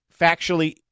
factually